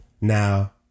Now